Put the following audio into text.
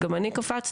גם אני קפצתי.